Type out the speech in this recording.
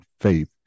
faith